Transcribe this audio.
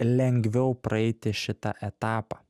lengviau praeiti šitą etapą